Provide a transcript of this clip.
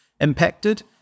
impacted